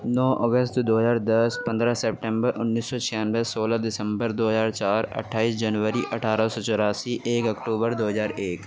نو اگست دو ہزار دس پندرہ سپٹمبر انیس سو چھیانوے سولہ دسمبر دو ہزار چار اٹھائیس جنوری اٹھارہ سو چوراسی ایک اکٹوبر دو ہزار ایک